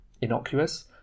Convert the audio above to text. innocuous